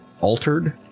altered